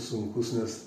sunkus nes